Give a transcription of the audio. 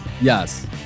Yes